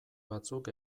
batzuk